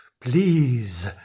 Please